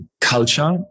culture